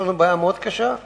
יש לנו בעיה מאוד קשה,